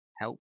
help